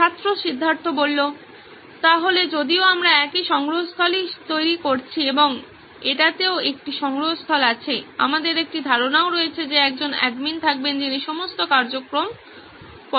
ছাত্র সিদ্ধার্থ সুতরাং যদিও আমরা একটি সংগ্রহস্থলই তৈরি করছি এবং এটিতেও একটি সংগ্রহস্থল আছে আমাদের একটি ধারণাও রয়েছে যে একজন এডমিন থাকবেন যিনি সমস্ত কার্যক্রম পর্যবেক্ষণ করবেন